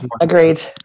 agreed